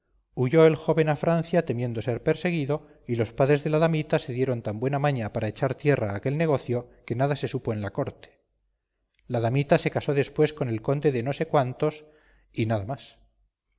huyó el joven a francia temiendo ser perseguido y los padres de la damita se dieron tan buena maña para echar tierra a aquel negocio que nada se supo en la corte la damita se casó después con el conde de no sé cuántos y nada más